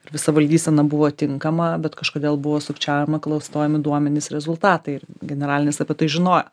ir visa valdysena buvo tinkama bet kažkodėl buvo sukčiaujama klastojami duomenys rezultatai ir generalinis apie tai žinojo